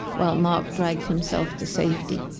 while marc dragged himself to safety.